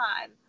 time